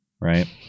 right